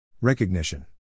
Recognition